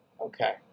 okay